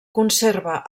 conserva